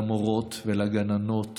למורות ולגננות